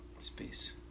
Space